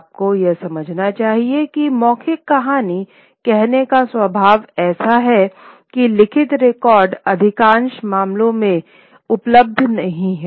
आपको यह समझना चाहिए कि मौखिक कहानी कहने का स्वभाव ऐसा है कि लिखित रिकॉर्ड अधिकांश मामलों में उपलब्ध नहीं है